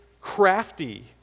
crafty